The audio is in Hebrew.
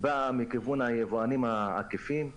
באה מכיוון היבואנים העקיפים.